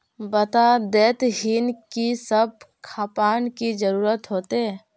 बता देतहिन की सब खापान की जरूरत होते?